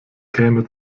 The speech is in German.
käme